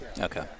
Okay